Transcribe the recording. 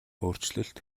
өөрчлөлт